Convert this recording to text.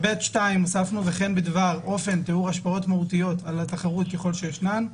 ב-ב2 הוספנו: וכן בדבר אופן תיאור השפעות מהותיות על התחרות ככל שישנן.